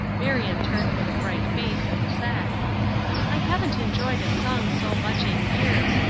marion turned with a bright face, and said i haven't enjoyed a song so much in years.